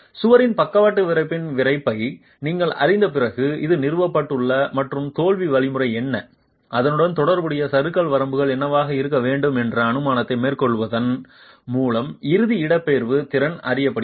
சுவரின் பக்கவாட்டு விறைப்பின் விறைப்பை நீங்கள் அறிந்த பிறகு இது நிறுவப்பட்டுள்ளது மற்றும் தோல்வி வழிமுறை என்ன அதனுடன் தொடர்புடைய சறுக்கல் வரம்பு என்னவாக இருக்க வேண்டும் என்ற அனுமானத்தை மேற்கொள்வதன் மூலம் இறுதி இடப்பெயர்வு திறன் அறியப்படுகிறது